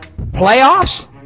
Playoffs